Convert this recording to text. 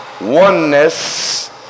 oneness